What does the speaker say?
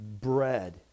bread